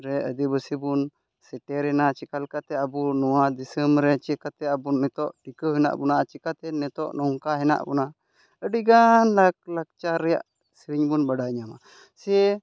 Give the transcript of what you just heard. ᱨᱮ ᱟᱹᱫᱤᱵᱟᱹᱥᱤ ᱵᱚᱱ ᱥᱮᱴᱮᱨᱮᱱᱟ ᱪᱮᱠᱟ ᱞᱮᱠᱟᱛᱮ ᱟᱵᱚ ᱱᱚᱣᱟ ᱫᱤᱥᱚᱢ ᱨᱮ ᱪᱮᱫ ᱠᱟᱛᱮ ᱟᱵᱚ ᱱᱤᱛᱚᱜ ᱴᱤᱠᱟᱹ ᱦᱮᱱᱟᱜ ᱵᱚᱱᱟ ᱪᱮᱠᱟᱛᱮ ᱱᱤᱛᱚᱜ ᱱᱚᱝᱠᱟ ᱦᱮᱱᱟᱜ ᱵᱚᱱᱟ ᱟᱹᱰᱤ ᱜᱟᱱ ᱞᱟᱠᱞᱟᱠᱪᱟᱨ ᱨᱮᱭᱟᱜ ᱥᱮᱨᱮᱧ ᱵᱚᱱ ᱵᱟᱰᱟᱭ ᱧᱟᱢᱟ ᱥᱮ